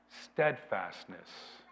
steadfastness